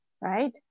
right